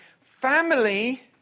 Family